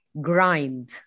grind